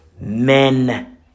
men